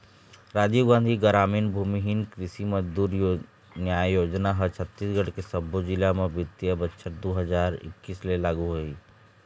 राजीव गांधी गरामीन भूमिहीन कृषि मजदूर न्याय योजना ह छत्तीसगढ़ के सब्बो जिला म बित्तीय बछर दू हजार एक्कीस ले लागू होही